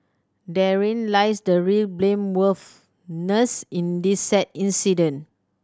therein lies the real blameworthiness in this sad incident